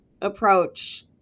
approach